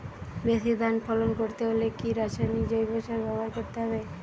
বেশি ধান ফলন করতে হলে কি রাসায়নিক জৈব সার ব্যবহার করতে হবে?